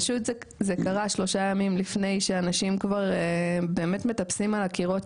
פשוט זה קרה שלושה ימים לפני שאנשים כבר באמת מטפסים על הקירות,